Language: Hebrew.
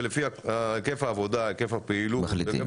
ולפי היקף העבודה והיקף הפעילות הם